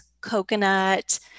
coconut